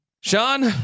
Sean